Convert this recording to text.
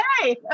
okay